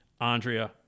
Andrea